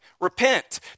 Repent